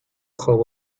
خواب